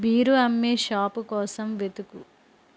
beer అమ్మే shop కోసం వెతుకు